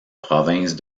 province